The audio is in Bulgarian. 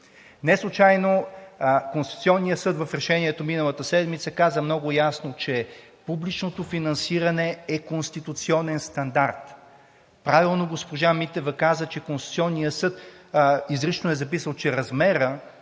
Неслучайно Конституционният съд в решението миналата седмица каза много ясно, че публичното финансиране е конституционен стандарт. Правилно госпожа Митева каза, че Конституционният съд изрично е записал, че размерът